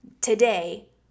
today